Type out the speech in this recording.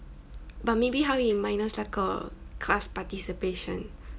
but maybe 他 will minus 那个 class participation